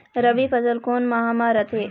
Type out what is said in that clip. रबी फसल कोन माह म रथे?